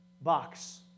box